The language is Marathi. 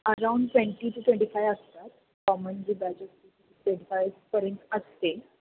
around twenty two twenty five असतात कॉमन जे बॅजेस ट्वेंटी फायपर्यंत असते